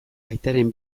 aitaren